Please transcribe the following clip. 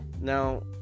Now